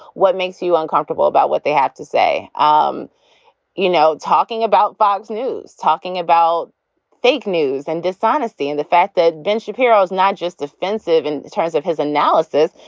what makes you uncomfortable about what they have to say? um you know, talking about fox news, talking about fake news and dishonesty and the fact that ben shapiro is not just offensive in terms of his analysis,